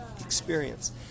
experience